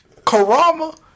Karama